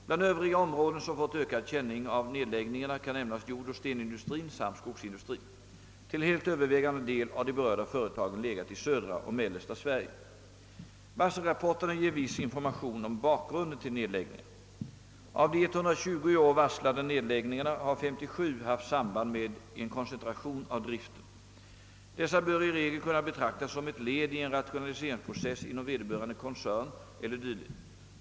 Bland övriga områden som fått ökad känning av nedläggningarna kan nämnas jordoch stenindustrien samt skogsindustrien. Till helt övervägande del har de berörda företagen legat i södra och mellersta Sverige. Varselrapporterna ger viss information om bakgrunden till nedläggningarna. Av de 120 i år varslade nedläggningarna har 57 haft samband med en koncentration av driften. Dessa bör i regel kunna betraktas som ett led i en rationaliseringsprocess inom vederbörande koncern eller dylikt.